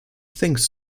thinks